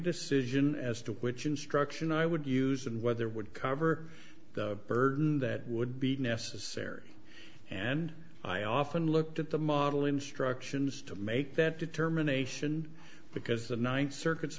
decision as to which instruction i would use and whether would cover the burden that would be necessary and i often looked at the model instructions to make that determination because the ninth circuit